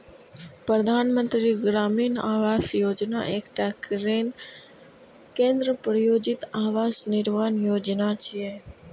प्रधानमंत्री ग्रामीण आवास योजना एकटा केंद्र प्रायोजित आवास निर्माण योजना छियै